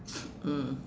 mm